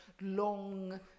long